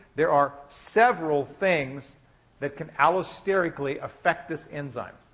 there are several things that can allosterically affect this enzyme,